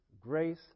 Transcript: grace